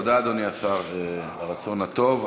תודה, אדוני השר, על הרצון הטוב.